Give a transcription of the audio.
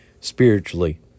spiritually